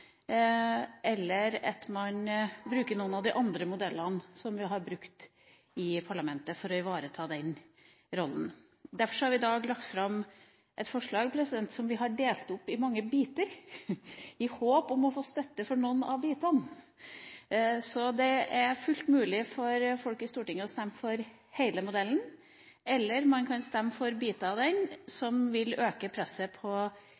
eller at man bruker noen av de andre modellene som vi har brukt i parlamentet for å ivareta den rollen, er aktuelle. Derfor har vi lagt fram et forslag, som vi har delt opp i mange biter, i håp om å få støtte for noen av bitene. Det er fullt mulig for representantene å stemme for hele modellen, eller man kan stemme for biter av den for å øke presset på